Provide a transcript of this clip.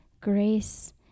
grace